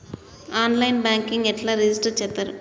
On line banking ఎట్లా register చేత్తరు?